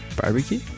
Barbecue